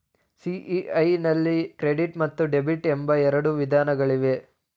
CES ನಲ್ಲಿ credit ಮತ್ತು debit ಎಂಬ ಎರಡು ವಿಧಾನಗಳಿವೆ